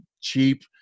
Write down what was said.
cheap